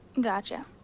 Gotcha